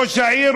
ראש העירייה,